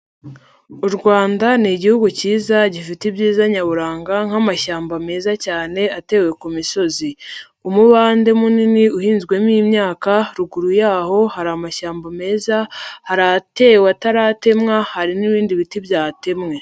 U Rwanda ni igihugu cyiza, gifite ibyiza nyaburanga nk'amashyamba meza cyane, atewe ku misozi. Umubande munini uhinzwemo imyaka, ruguru yaho hari amashyamba meza, hari atewe ataratemwa, hari n'ibindi biti byatemwe.